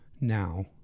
now